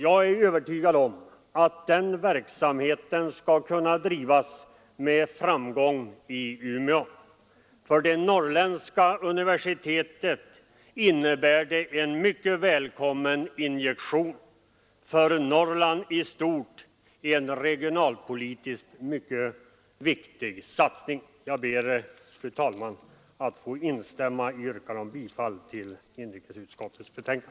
Jag är övertygad om att den verksamheten skall kunna drivas med framgång i Umeå. För det norrländska universitetets del innebär det en mycket välkommen injektion. För Norrland i stort är det en mycket viktig regionalpolitisk satsning. Jag ber, fru talman, att få instämma i yrkandet om bifall till inrikesutskottets hemställan.